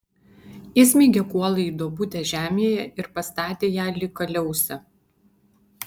įsmeigė kuolą į duobutę žemėje ir pastatė ją lyg kaliausę